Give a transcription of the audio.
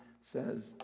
says